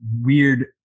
weird